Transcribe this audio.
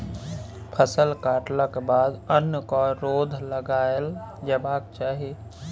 फसल कटलाक बाद अन्न केँ रौद लगाएल जेबाक चाही